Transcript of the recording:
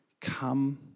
Come